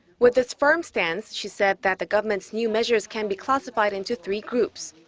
with this firm stance, she said that the government's new measures can be classified into three groups.